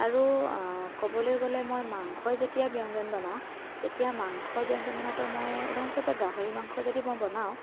আৰু ক'বলৈ গ'লে মই মাংসৰ যেতিয়া ব্যঞ্জন বনাও তেতিয়া মাংসৰ ব্যঞ্জন বনাওতে মই উদাহৰণস্বৰূপে গাহৰি মাংস যদি মই বনাও